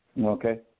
Okay